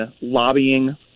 lobbying